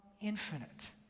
infinite